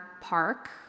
park